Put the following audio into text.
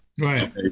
Right